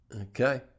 Okay